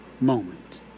moment